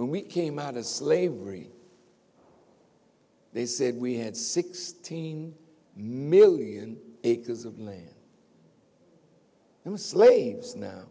when we came out of slavery they said we had sixteen million acres of land and slaves now